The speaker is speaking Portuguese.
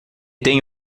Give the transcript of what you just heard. tem